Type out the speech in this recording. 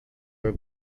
were